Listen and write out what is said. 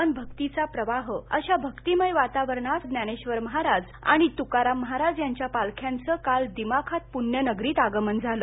अन भक्तीचा प्रवाह अशा भक्तिमय वातावरणात संतश्रेष्ठ ज्ञानेश्वर महाराज आणि जगदग्रु त्काराम महाराज यांच्या पालख्यांचंकाल दिमाखात प्ण्यनगरीत आगमन झालं